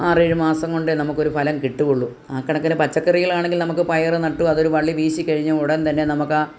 ആറേഴ് മാസം കൊണ്ടേ നമുക്ക് ഒരു ഫലം കിട്ടുകയുള്ളു ആ കണക്കിന് പച്ചക്കറികളാണെങ്കിൽ നമുക്ക് പയറ് നട്ടു അതൊരു വള്ളി വീശിക്കഴിഞ്ഞ് ഉടൻ തന്നെ നമുക്കാ